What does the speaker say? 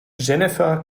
jennifer